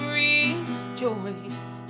rejoice